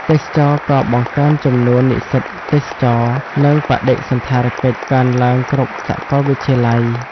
ទេសចរណ៍ក៏បង្កើនចំនួននិស្សិតទេសចរណ៍ និងបដិសណ្ឋារកិច្ចកើនឡើងគ្រប់សកលវិទ្យាល័យ។